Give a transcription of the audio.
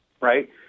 right